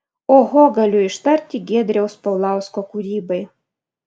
oho galiu ištarti giedriaus paulausko kūrybai